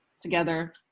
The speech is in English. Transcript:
together